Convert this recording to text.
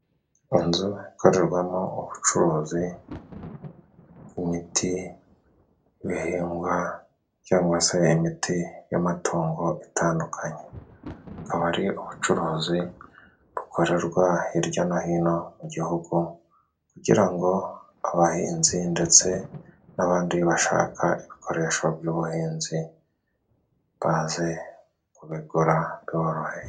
Inzu ikorerwamo ubucuruzi，imiti，ibihingwa cyangwa se imiti y'amatungo itandukanye. Akaba ari ubucuruzi bukorerwa hirya no hino mu gihugu，kugira ngo abahinzi ndetse n'abandi bashaka ibikoresho by'ubuhinzi， baze kubigura biboroheye.